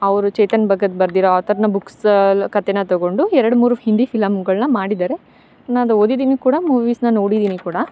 ಅವರು ಚೇತನ್ ಭಗತ್ ಬರೆದಿರೋ ಆಥರ್ನ ಬುಕ್ಸ್ ಲ್ ಕತೆ ತಗೊಂಡು ಎರಡು ಮೂರು ಹಿಂದಿ ಫಿಲಮ್ಗಳನ್ನ ಮಾಡಿದಾರೆ ನಾ ಅದು ಓದಿದಿನಿ ಕೂಡ ಮೂವೀಸ್ನ ನೋಡಿದಿನಿ ಕೂಡ